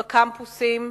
בקמפוסים,